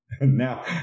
Now